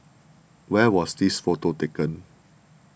where was this photo taken